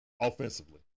offensively